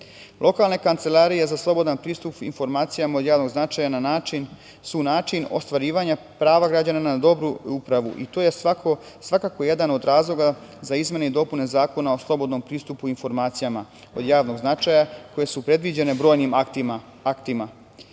Lokalne kancelarije za slobodan pristup informacijama od javnog značaja su način ostvarivanja prava građana na dobru upravu, i to je svakako jedan od razloga za izmene i dopune Zakona o slobodnom pristupu informacijama od javnog značaja koje su predviđene brojnim aktima,